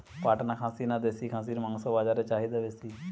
পাটনা খাসি না দেশী খাসির মাংস বাজারে চাহিদা বেশি?